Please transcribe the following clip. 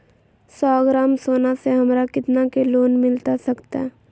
सौ ग्राम सोना से हमरा कितना के लोन मिलता सकतैय?